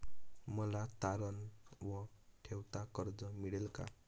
मला तारण न ठेवता कर्ज मिळेल का?